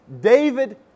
David